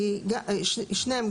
שניהם,